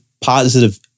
positive